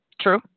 True